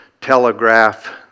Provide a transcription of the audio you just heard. telegraph